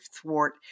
thwart